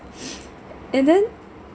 and then